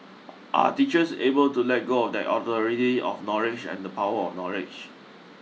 are teachers able to let go of that authority of knowledge and the power of knowledge